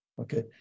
Okay